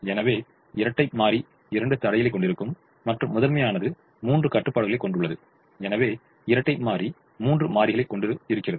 எனவே இரட்டைமாறி இரண்டு தடைகளைக் கொண்டிருக்கும் மற்றும் முதன்மையானது மூன்று கட்டுப்பாடுகளைக் கொண்டுள்ளது எனவே இரட்டைமாறி மூன்று மாறிகளை கொண் கொண்டு இருக்கிறது